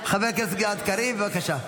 חבר הכנסת גלעד קריב, בבקשה.